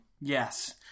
Yes